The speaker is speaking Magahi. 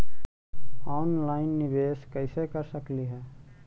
ऑनलाइन निबेस कैसे कर सकली हे?